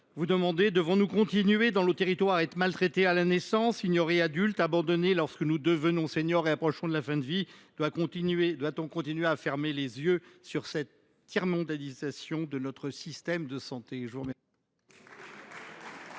m’interroge : devons nous continuer, dans nos territoires, à être maltraités à la naissance, ignorés une fois devenus adultes, puis abandonnés lorsque nous devenons seniors et approchons de la fin de notre vie ? Doit on continuer à fermer les yeux sur la tiers mondisation de notre système de santé ?